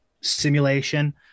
simulation